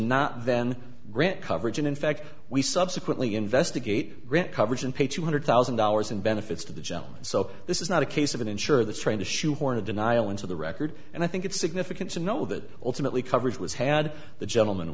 not then grant coverage and in fact we subsequently investigate coverage and pay two hundred thousand dollars in benefits to the gentleman so this is not a case of an insurer the trying to shoehorn a denial into the record and i think it's significant to know that ultimately coverage was had the gentleman